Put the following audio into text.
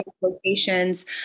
locations